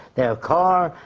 their car,